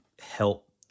help